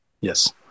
Yes